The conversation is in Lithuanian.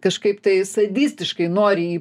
kažkaip tai sadistiškai nori jį